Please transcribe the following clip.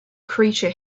creature